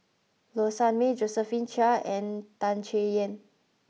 Low Sanmay Josephine Chia and Tan Chay Yan